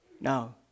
no